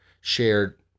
shared